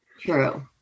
True